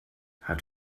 hat